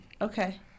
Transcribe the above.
Okay